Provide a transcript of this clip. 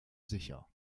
sicher